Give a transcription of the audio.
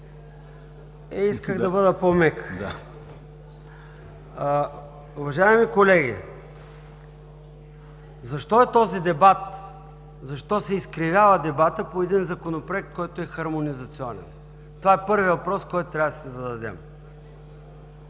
Исках да бъде по-мек. Уважаеми колеги, защо е този дебат, защо се изкривява дебатът по един Законопроект, който е хармонизационен? Това е първият въпрос, който трябва да си зададем.